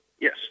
yes